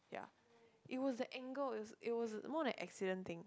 yeah it was the angle it was it was more than an accident thing